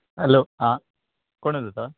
hello आं कोण उलयता